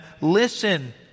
listen